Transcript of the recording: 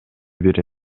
бири